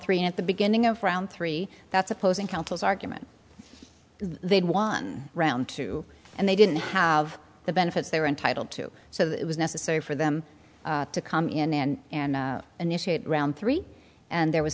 three at the beginning of round three that's opposing counsel's argument they'd won round two and they didn't have the benefits they were entitled to so it was necessary for them to come in and initiate round three and there was